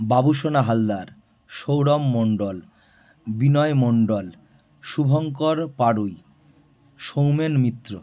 Babusona Haldar Sourav Mondal Binoy Mondal Shubhankar Baroi Soumen Mitra